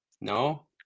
no